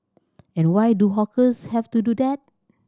and why do hawkers have to do that